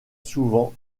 souvent